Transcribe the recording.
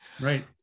Right